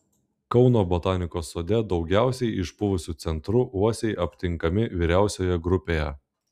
kauno botanikos sode daugiausiai išpuvusiu centru uosiai aptinkami vyriausioje grupėje